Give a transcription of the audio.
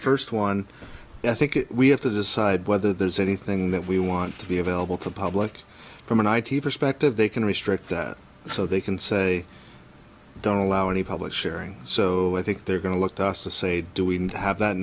first one i think we have to decide whether there's anything that we want to be available to the public from an i t perspective they can restrict that so they can say don't allow any public sharing so i think they're going to look to us to say do we have that